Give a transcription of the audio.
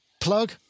plug